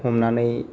हमनानै